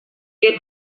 què